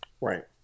right